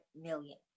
million